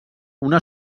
una